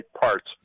parts